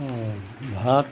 ভাত